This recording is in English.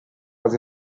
was